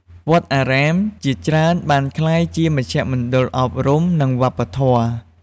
វត្តអារាមជាច្រើនបានក្លាយជាមជ្ឈមណ្ឌលអប់រំ និងវប្បធម៌។